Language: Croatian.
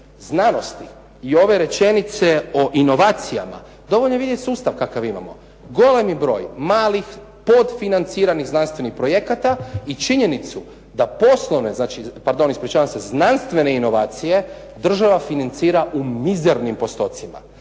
znanosti i ove rečenice o inovacijama dovoljno je vidjeti sustav kakav imamo, golemi broj malih podfinanciranih znanstvenih projekata i činjenicu da poslovne, pardon ispričavam se znanstvene inovacije država financira u mizernim postocima.